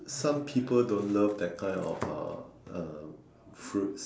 some people don't love that kind of uh a fruit